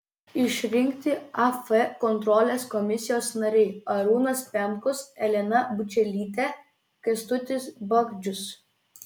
išrinkti af kontrolės komisijos nariai arūnas pemkus elena bučelytė kęstutis bagdžius